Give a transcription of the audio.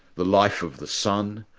the life of the sun.